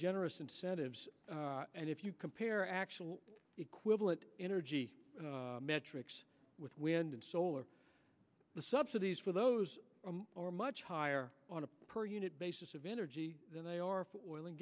generous incentives and if you compare actual equivalent energy metrics with wind and solar the subsidies for those are much higher on a per unit basis of energy than they are